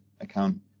account